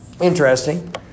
Interesting